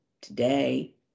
today